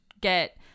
get